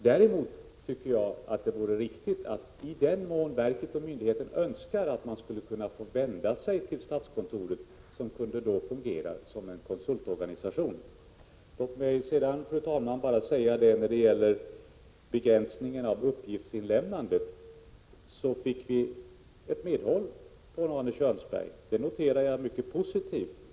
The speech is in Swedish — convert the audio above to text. Däremot tycker jag att det är riktigt att verken och myndigheterna i den mån de önskar skulle kunna få vända sig till statskontoret, som då kunde fungera som en konsultorganisation. Låt mig bara göra det tillägget, fru talman, att vi beträffande begränsningen av uppgiftsinlämnandet fick medhåll av Arne Kjörnsberg. Det noterar jag som mycket positivt.